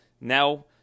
Now